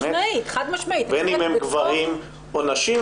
בין אם הם גברים או נשים,